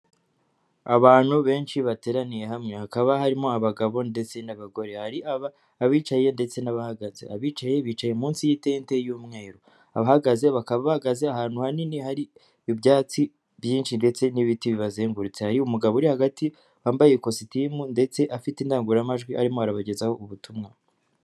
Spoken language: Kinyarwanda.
Abantu benshi bateraniye hamwe, hakaba harimo abagabo ndetse n'abagore, hari abicaye ndetse n'abahagaze, abicaye bicaye munsi y'itente y'umweru, abahagaze bakaba bahagaze ahantu hanini hari ibyatsi byinshi ndetse n'ibiti bibazengurutse, hari umugabo uri hagati wambaye ikositimu, ndetse afite indangururamajwi arimo arabagezaho ubutumwa.